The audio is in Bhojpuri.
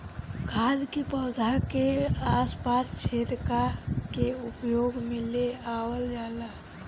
खाद के पौधा के आस पास छेद क के उपयोग में ले आवल जाला